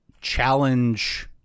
challenge